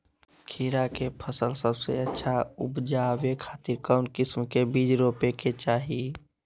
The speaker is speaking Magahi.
खीरा के फसल सबसे अच्छा उबजावे खातिर कौन किस्म के बीज रोपे के चाही?